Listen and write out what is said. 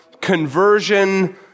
Conversion